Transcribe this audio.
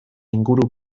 inguru